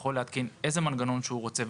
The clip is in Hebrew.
יכול להתקין איזה מנגנון שהוא רוצה,